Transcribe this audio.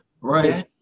right